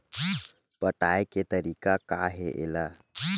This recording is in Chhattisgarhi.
पटाय के तरीका का हे एला?